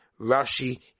Rashi